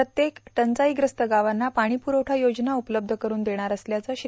प्रत्येक टंवाईब्रास्त गावांना पाणी पुरवळ योजना उपलब्ध कठन देणार असल्याचं श्री